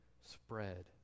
spread